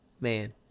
Man